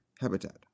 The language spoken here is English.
Habitat